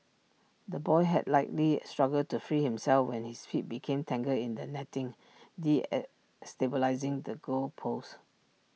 the boy had likely struggled to free himself when his feet became tangled in the netting D stabilising the goal post